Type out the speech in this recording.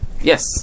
Yes